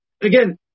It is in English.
Again